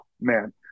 man